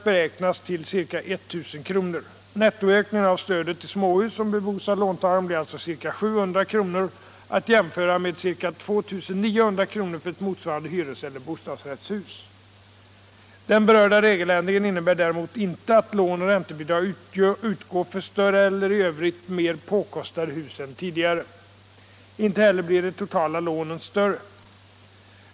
beräknas till ca 1 000 kr. Nettoökningen av stödet till småhus som bebos av låntagaren blir alltså ca 700 kr. att jämföra med ca 2 900 kr. för ett motsvarande hyreseller bostadsrättshus. Den berörda regeländringen innebär däremot inte att lån och räntebidrag utgår för större eller i övrigt mer påkostade hus än tidigare. Inte heller blir de totala lånen större.